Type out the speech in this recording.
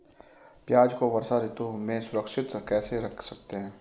प्याज़ को वर्षा ऋतु में सुरक्षित कैसे रख सकते हैं?